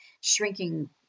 shrinking